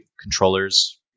controllers